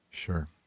Sure